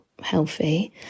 healthy